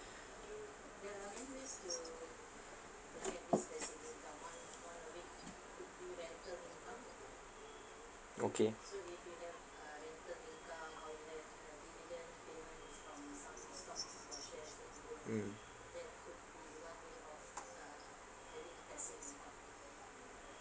okay mm